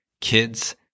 Kids